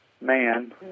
man